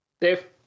Dave